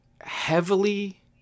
heavily